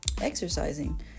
exercising